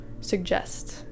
suggest